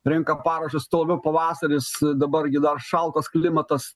renka parašus stovi pavasaris dabar gi dar šaltas klimatas